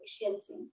efficiency